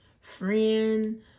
friend